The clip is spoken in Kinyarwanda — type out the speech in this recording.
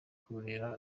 kurera